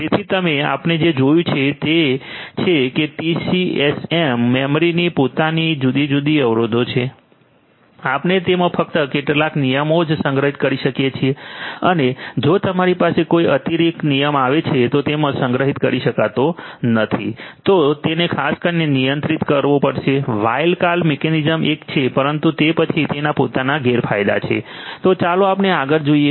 તેથી તમે આપણે જે જોયું તે છે કે ટીસીએએમ મેમરીની પોતાની જુદી જુદી અવરોધો છે આપણે તેમાં ફક્ત કેટલાક નિયમો જ સંગ્રહિત કરી શકીએ છીએ અને જો તમારી પાસે કોઈ અતિરિક્ત નિયમ આવે છે જેમાં સંગ્રહિત કરી શકાતો નથી તો તેને ખાસ રીતે નિયંત્રિત કરવો પડશે વાઇલ્ડ કાર્ડ મિકેનિઝમ એક છે પરંતુ તે પછી તેના પોતાના ગેરફાયદા છે તો ચાલો આપણે આગળ જોઈએ